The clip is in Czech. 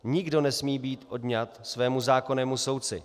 Nikdo nesmí být odňat svému zákonnému soudci.